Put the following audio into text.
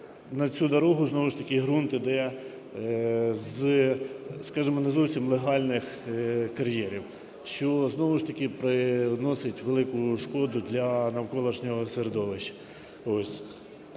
на цю дорогу знову ж таки ґрунт іде, скажемо, не з зовсім легальних кар'єрів, що знову ж таки приносить велику шкоду для навколишнього середовища.